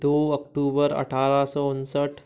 दो अक्टूबर अठारह सौ उनसठ